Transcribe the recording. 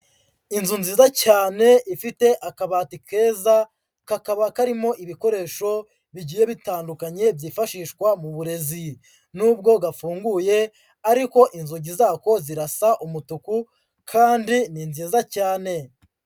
Inzu nziza cyane ifite akabati keza, kakaba karimo ibikoresho bigiye bitandukanye byifashishwa mu burezi. Nubwo gafunguye ariko inzugi zako zirasa umutuku kandi ni nziza cyane.